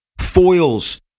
foils